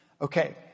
Okay